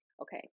okay